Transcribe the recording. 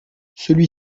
celui